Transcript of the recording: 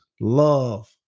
love